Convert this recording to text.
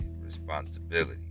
responsibility